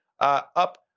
Up